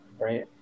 right